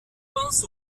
pense